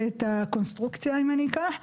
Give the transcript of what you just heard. את הקונסטרוקציה אם אני אקח,